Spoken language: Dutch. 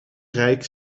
rijk